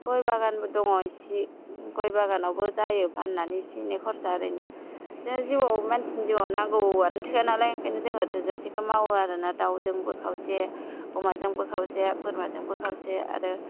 गय बागानबो दङ एसे गय बागानावबो जायो फाननानै एसे एनै खरसा ओरैनो दा जिउआव मानसिनि जिउआव नांगौआनो थोआ नालाय ओंखायनो जोङो थोजासेखौ मावो आरो ना दावजोंबो खावसे अमाजोंबो खावसे बोरमाजोंबो खावसे आरो